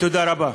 תודה רבה.